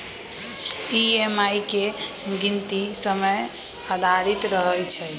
EMI के गीनती समय आधारित रहै छइ